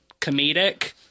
comedic